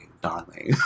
darling